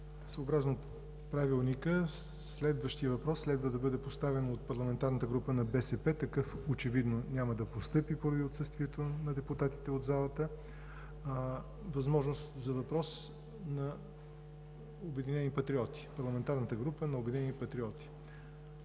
Съобразно Правилника следващият въпрос следва да бъде поставен от парламентарната група на БСП. Такъв очевидно няма да постъпи поради отсъствието на депутатите от залата. Има възможност за въпрос на парламентарната група на „Обединени патриоти“.